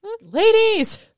ladies